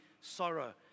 sorrow